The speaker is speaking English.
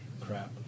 crap